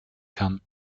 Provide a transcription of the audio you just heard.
kann